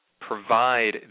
provide